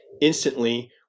instantly